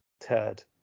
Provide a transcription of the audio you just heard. Turd